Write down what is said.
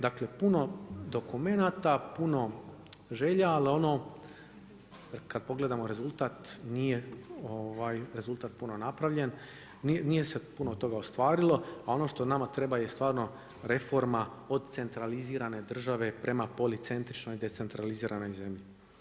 Dakle, puno dokumenata, puno želja, ali ono kad pogledamo rezultat, nije rezultat puno napravljen, nije se puno toga ostvarilo, a ono što nama treba je reforma od centralizirane države prema policentričnoj decentraliziranoj zemlji.